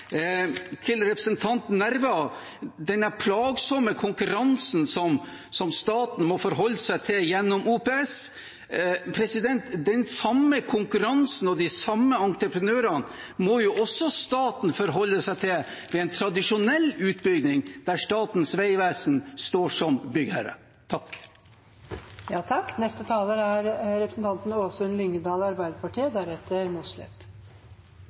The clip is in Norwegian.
Til representanten Nævra, angående denne plagsomme konkurransen som staten må forholde seg til gjennom OPS: Den samme konkurransen og de samme entreprenørene må jo også staten forholde seg til ved en tradisjonell utbygging der Statens vegvesen står som byggherre. Det er ingen tvil om at Europavei 10 er